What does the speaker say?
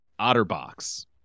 Otterbox